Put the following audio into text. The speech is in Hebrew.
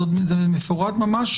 זה מפורט ממש,